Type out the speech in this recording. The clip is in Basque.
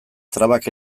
trabak